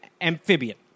Amphibian